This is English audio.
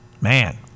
Man